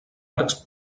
arcs